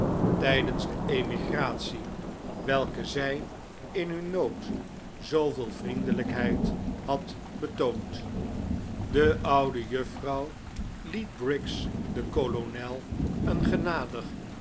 tijdens de emigratie welke zij in hun nood zooveel vriendelijkheid had betoond de oude juffrouw liet briggs den kolonel een